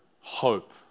hope